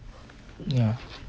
ya